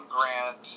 grand